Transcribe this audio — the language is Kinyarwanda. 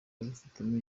abifitemo